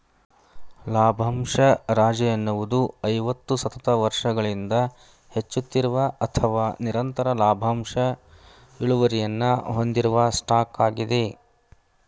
ಲಾಭಂಶ ರಾಜ ಎನ್ನುವುದು ಐವತ್ತು ಸತತ ವರ್ಷಗಳಿಂದ ಹೆಚ್ಚುತ್ತಿರುವ ಅಥವಾ ನಿರಂತರ ಲಾಭಾಂಶ ಇಳುವರಿಯನ್ನ ಹೊಂದಿರುವ ಸ್ಟಾಕ್ ಆಗಿದೆ